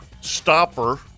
stopper